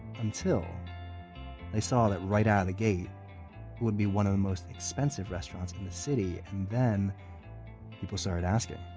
until they saw that right out of the gate it would be one of the most expensive restaurants in the city. and then people started asking,